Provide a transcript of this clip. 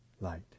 light